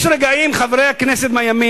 יש רגעים של מצפון, חברי הכנסת מהימין,